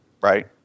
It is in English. Right